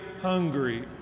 hungry